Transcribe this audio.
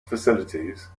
facilities